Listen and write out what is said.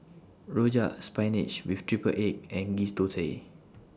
Rojak Spinach with Triple Egg and Ghee Thosai